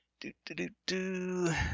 Do-do-do-do